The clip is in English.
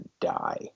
die